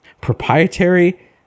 proprietary